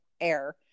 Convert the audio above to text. air